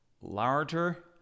larger